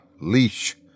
leash